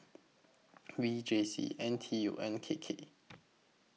V J C N T U and K K